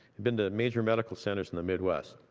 he'd been to major medical centers in the midwest.